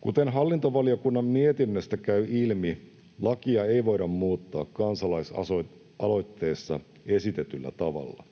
Kuten hallintovaliokunnan mietinnöstä käy ilmi, lakia ei voida muuttaa kansalaisaloitteessa esitetyllä tavalla.